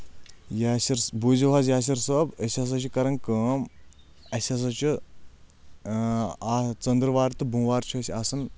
یاسِر بوٗزِو حظ یاسر صٲب أسۍ ہسا چھِ کران کٲم اَسہِ ہسا چھِ ژندروار تہٕ بوٚموار چھُ أسۍ آسان